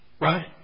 Right